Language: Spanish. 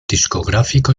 discográfico